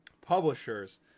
publishers